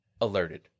Alerted